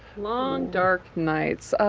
long, dark nights.